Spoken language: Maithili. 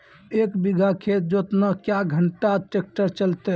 एक बीघा खेत जोतना क्या घंटा ट्रैक्टर चलते?